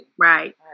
Right